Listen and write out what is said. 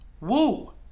Woo